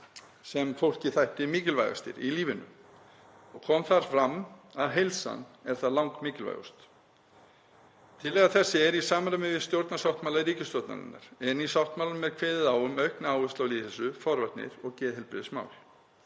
sem fólki þættu mikilvægastir í lífinu og kom þar fram að heilsan er þar langmikilvægust. Tillaga þessi er í samræmi við stjórnarsáttmála ríkisstjórnarinnar en í sáttmálanum er kveðið á um aukna áherslu á lýðheilsu, forvarnir og geðheilbrigðismál.